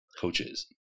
coaches